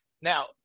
Now